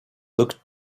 looked